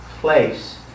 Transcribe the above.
place